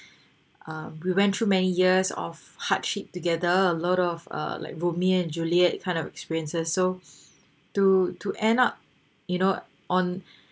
ah we went through many years of hardship together a lot of uh like romeo and juliet kind of experiences so to to end up you know on